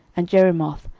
and jerimoth,